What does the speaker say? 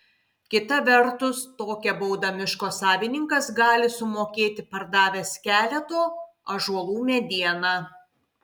kita vertus tokią baudą miško savininkas gali sumokėti pardavęs keleto ąžuolų medieną